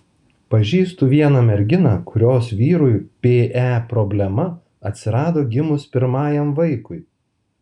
pažįstu vieną merginą kurios vyrui pe problema atsirado gimus pirmajam vaikui